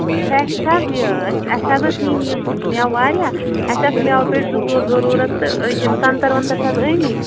fresh چھِ حظ یہِ اسہِ حظ ٲسۍ نِنۍ یِم میٚوٕ واریاہ اسہِ آسہٕ میٚوٕ پیٹہِ زٕ ژور ضروٗرَت تہٕ یِم سَنٛگٛتر وَنٛگتر چھِ حظ أمِتۍ